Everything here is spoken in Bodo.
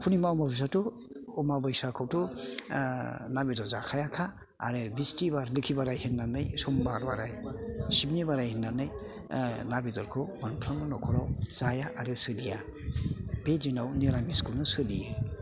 पुरनिमा अमाबैसायावथ' अमाबैसाखौथ' ना बेदर जाखाया खा आरो बिस्थिबार लोखि बाराय होननानै समबार बाराय सिबनि बाराय होननानै ना बेदरखौ मोनफ्रोमबो नख'राव जाया आरो सोलिया बे दिनाव निरामिसखौनो सोलियो